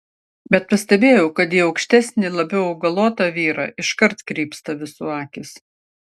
bet pastebėjau kad į aukštesnį labiau augalotą vyrą iškart krypsta visų akys